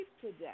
today